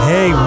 Hey